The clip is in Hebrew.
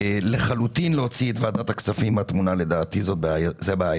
לחלוטין להוציא את ועדת הכספים מן התמונה לדעתי זה בעייתי.